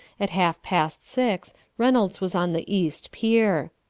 at half-past six reynolds was on the east pier.